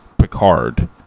Picard